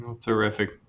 Terrific